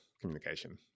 communication